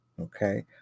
Okay